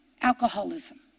Alcoholism